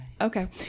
Okay